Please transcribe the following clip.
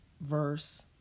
verse